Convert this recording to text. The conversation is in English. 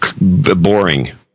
boring